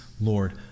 Lord